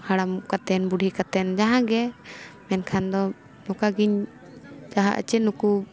ᱦᱟᱲᱟᱢ ᱠᱟᱛᱮᱫ ᱵᱩᱰᱷᱤ ᱠᱟᱛᱮᱫ ᱡᱟᱦᱟᱸ ᱜᱮ ᱢᱮᱱᱠᱷᱟᱱ ᱫᱚ ᱱᱚᱠᱟ ᱜᱤᱧ ᱪᱟᱦᱟᱜ ᱟᱥᱮ ᱱᱩᱠᱩ